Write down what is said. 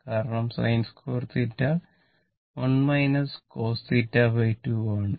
കാരണം sin2θ 1 cosθ 2 ആണ്